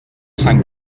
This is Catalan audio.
sant